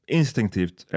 instinktivt